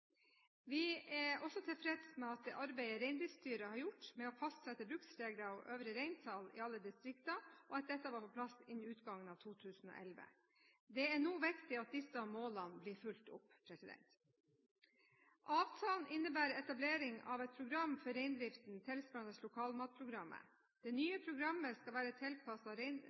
Vi er også tilfreds med det arbeidet reindriftsstyret har gjort med å fastsette bruksregler og øvre reintall i alle distrikter, og at dette var på plass innen utgangen av 2011. Det er nå viktig at disse målene blir fulgt opp. Avtalen innebærer etablering av et program for reindriften tilsvarende Lokalmatprogrammet. Det nye programmet skal være